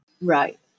Right